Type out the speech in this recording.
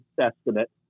estimate